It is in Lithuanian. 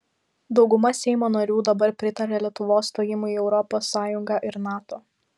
dauguma seimo narių dabar pritaria lietuvos stojimui į europos sąjungą ir nato